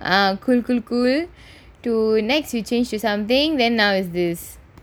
cool cool to next you change you something then now is this